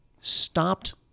stopped